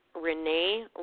renee